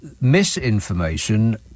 misinformation